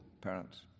parents